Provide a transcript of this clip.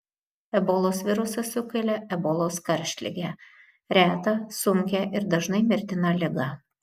ebolos virusas sukelia ebolos karštligę retą sunkią ir dažnai mirtiną ligą